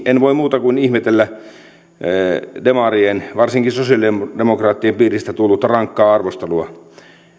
en voi muuta kuin ihmetellä varsinkin sosialidemokraattien piiristä tullutta rankkaa arvostelua